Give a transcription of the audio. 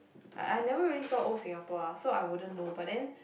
I never really saw old Singapore lah so I wouldn't know but then